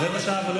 רבע שעה, אמרו לי.